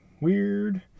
weird